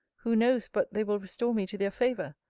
who knows but they will restore me to their favour,